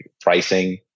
pricing